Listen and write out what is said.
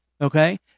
okay